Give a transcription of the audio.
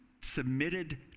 submitted